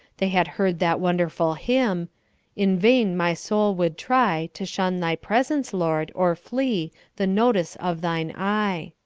they had heard that wonderful hymn in vain my soul would try to shun thy presence, lord, or flee the notice of thine eye.